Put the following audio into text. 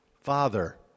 father